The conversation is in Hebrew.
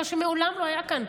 מה שמעולם לא היה כאן,